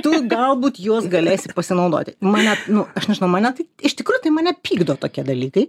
tu galbūt juos galėsi pasinaudoti mane nu aš nežinau mane tai iš tikrųjų tai mane pykdo tokie dalykai